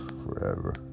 forever